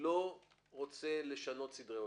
לא רוצה לשנות סדרי עולם.